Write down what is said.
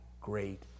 great